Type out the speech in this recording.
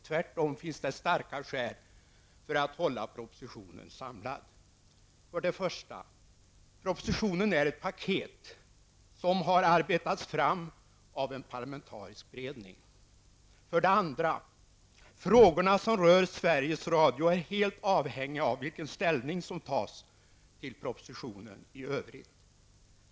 Tvärtom finns det starka skäl att hålla propositionen samlad. För det första: Propositionen är ett paket som har arbetats fram av en parlamentarisk beredning. För det andra: Frågorna som rör Sveriges Radio är helt avhängiga av vilken ställning som tas till propositionen i övrigt.